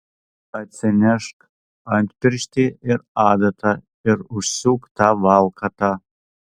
atsinešk antpirštį ir adatą ir užsiūk tą valkatą